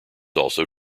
also